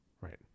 Right